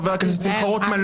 חבר הכנסת שמחה רוטמן,